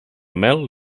mel